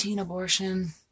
abortion